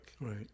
Right